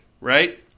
right